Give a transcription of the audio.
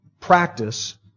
practice